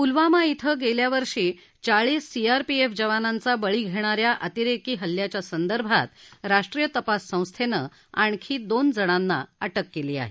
पुलवामा श्वि गेल्या वर्षी चाळीस सीआरपीएफ जवानांचा बळी घेणा या अतिरेकी हल्ल्याच्या संदर्भात राष्ट्रीय तपास संस्थेनं आणखी दोन जणांना अक्रि केली आहे